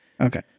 Okay